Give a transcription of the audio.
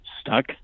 stuck